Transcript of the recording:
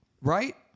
Right